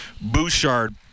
Bouchard